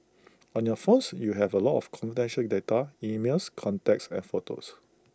on your phones you have A lot of confidential data emails contacts and photos